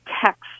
text